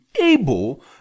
able